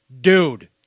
dude